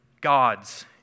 God's